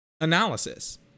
analysis